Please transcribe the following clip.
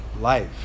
life